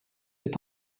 est